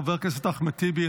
חבר הכנסת אחמד טיבי,